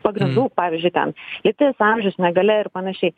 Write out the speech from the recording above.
pagrindų pavyzdžiui ten lytis amžius negalia ir panašiai